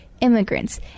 immigrants